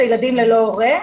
וילדים ללא הורה.